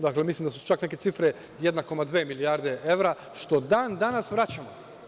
Dakle, mislim da su čak neke cifre 1,2 milijarde evra što dan danas vraćamo.